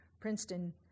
Princeton